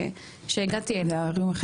שהגעתי אליהם.